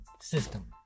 system